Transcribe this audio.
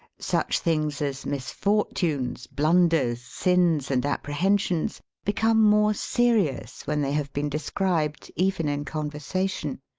such things as misfortunes, blunders, sins, and apprehensions become more serious when they have been de scribed even in conversation.